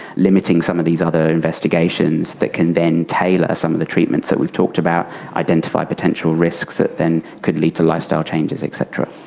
limiting some of these other investigations that can then tailor some of the treatments that we've talked about, identify potential risks that then could lead to lifestyle changes, et cetera.